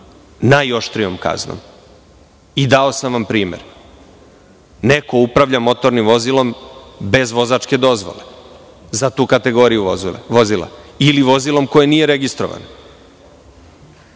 najoštrijom kaznom i dao sam vam primer. Neko upravlja motornim vozilom bez vozačke dozvole za tu kategoriju vozila ili vozilom koje nije registrovano.